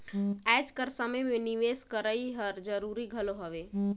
आएज कर समे में निवेस करई हर जरूरी घलो हवे